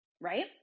right